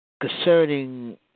concerning